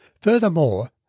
Furthermore